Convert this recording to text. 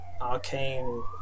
Arcane